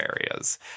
areas